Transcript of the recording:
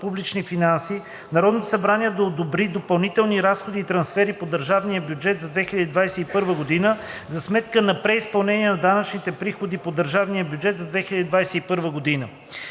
публичните финанси Народното събрание да одобри допълнителни разходи и трансфери по държавния бюджет за 2021 г. за сметка на преизпълнението на данъчните приходи по държавния бюджет за 2021 г.